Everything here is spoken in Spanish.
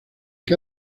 que